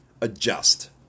Adjust